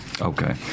Okay